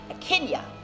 Kenya